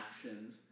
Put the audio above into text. actions